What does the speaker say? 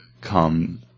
come